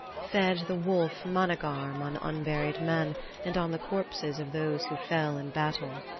fed the wolf managarm on unburied men and on the corpses of those who fell in battle.